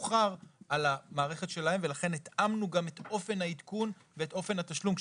מאוחר על המערכת שלהם ולכן התאמנו גם את אופן העדכון ואת אופן התשלום,